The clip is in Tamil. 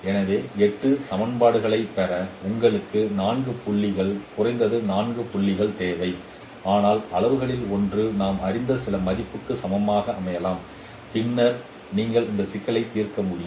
எனவே 8 சமன்பாடுகளைப் பெற உங்களுக்கு 4 புள்ளிகள் குறைந்தது 4 புள்ளிகள் தேவை ஆனால் அளவுருக்களில் ஒன்று நாம் அறிந்த சில மதிப்புக்கு சமமாக அமைக்கலாம் பின்னர் நீங்கள் இந்த சிக்கலை தீர்க்க முடியும்